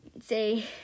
say